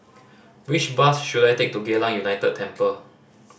which bus should I take to Geylang United Temple